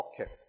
Okay